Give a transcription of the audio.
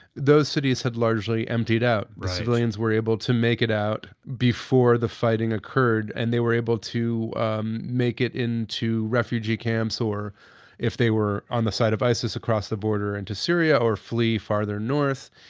those cities had largely emptied out. the civilians were able to make it out before the fighting occurred and they were able to um make it into refugee camps or if they were on the side of isis across the border into and to syria or flee farther north.